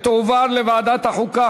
לדיון מוקדם בוועדת החוקה,